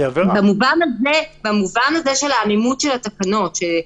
יש מידה מסוימת של עמימות בתקנות.